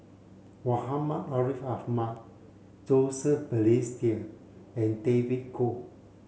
Muhammad Ariff Ahmad Joseph Balestier and David Kwo